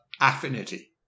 Affinity